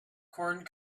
corn